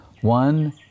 one